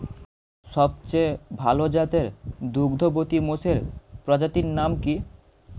সবচেয়ে ভাল জাতের দুগ্ধবতী মোষের প্রজাতির নাম কি?